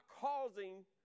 causing